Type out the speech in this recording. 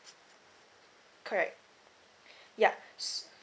correct yeah